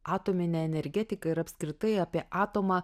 atominę energetiką ir apskritai apie atomą